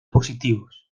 positivos